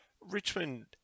Richmond